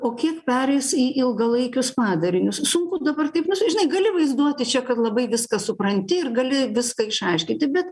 o kiek pereis į ilgalaikius padarinius sunku dabar taip žinai gali vaizduoti čia kad labai viską supranti ir gali viską išaiškinti bet